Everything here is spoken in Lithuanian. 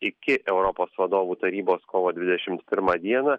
iki europos vadovų tarybos kovo dvidešim pirmą dieną